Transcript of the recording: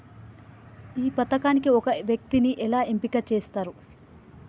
ఈ పథకానికి ఒక వ్యక్తిని ఎలా ఎంపిక చేస్తారు?